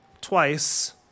twice